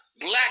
black